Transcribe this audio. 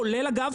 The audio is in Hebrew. כולל אגב,